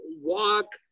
walk